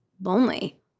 lonely